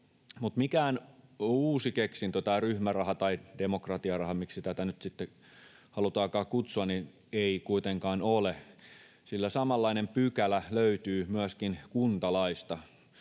mikään uusi keksintö tämä ryhmäraha tai demokratiaraha, miksi tätä nyt sitten halutaankaan kutsua, ei kuitenkaan ole, sillä samanlainen pykälä löytyy myöskin kuntalaista: